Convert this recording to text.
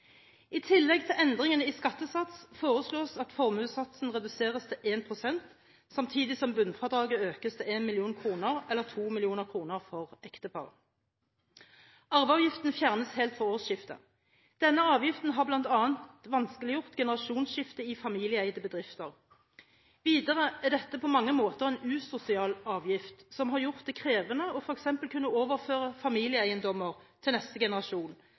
I tillegg til endringene i skattesats foreslås at formuesskattesatsen reduseres til 1 pst. samtidig som bunnfradraget økes til 1 mill. kr, eller 2 mill. kr for ektepar. Arveavgiften fjernes helt fra årsskiftet. Denne avgiften har bl.a. vanskeliggjort generasjonsskifte i familieeide bedrifter. Videre er dette på mange måter en usosial avgift som har gjort det krevende f.eks. å kunne overføre familieeiendommer til neste generasjon,